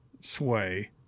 sway